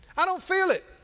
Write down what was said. i don't feel it.